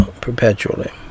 perpetually